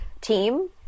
team